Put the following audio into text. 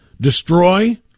destroy